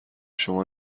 شما